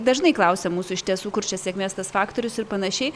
dažnai klausia mūsų iš tiesų kur čia sėkmės tas faktorius ir panašiai